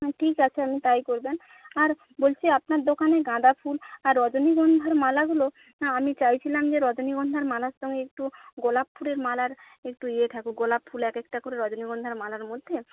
ঠিক আছে আপনি তাই করবেন আর বলছি আপনার দোকানে গাঁদা ফুল আর রজনীগন্ধার মালাগুলো আমি চাইছিলাম যে রজনীগন্ধার মালার সঙ্গে একটু গোলাপ ফুলের মালার একটু ইয়ে থাকুক গোলাপ ফুল একেকটা করে রজনীগন্ধার মালার মধ্যে